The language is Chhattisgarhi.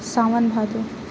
सावन भादो